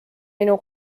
minu